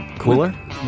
cooler